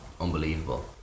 unbelievable